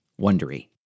Wondery